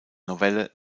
novelle